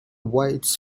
whites